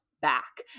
back